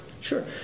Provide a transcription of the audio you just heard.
Sure